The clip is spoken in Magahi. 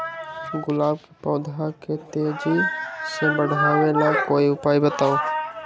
गुलाब के पौधा के तेजी से बढ़ावे ला कोई उपाये बताउ?